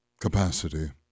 capacity